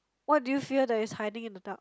what do you fear that is hiding in the dark